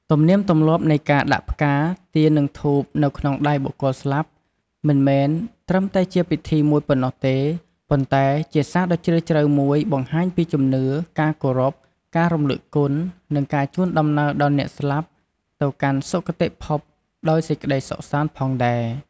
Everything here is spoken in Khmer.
ទំនៀមទម្លាប់នៃការដាក់ផ្កា ទៀន និងធូបនៅក្នុងដៃបុគ្គលស្លាប់ មិនមែនត្រឹមតែជាពិធីមួយប៉ុណ្ណោះទេ ប៉ុន្តែជាសារដ៏ជ្រាលជ្រៅមួយដែលបង្ហាញពីជំនឿ ការគោរព ការរំលឹកគុណ និងការជូនដំណើរដល់អ្នកស្លាប់ ទៅកាន់សុគតិភពដោយសេចក្តីសុខសាន្តផងដែរ។